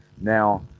Now